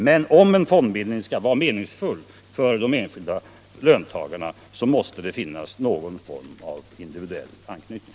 Men om en fondbildning skall vara meningsfull för de enskilda löntagarna måste det finnas någon form av individuell anknytning.